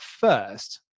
first